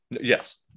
yes